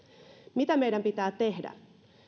mitä meidän pitää tehdä